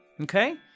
Okay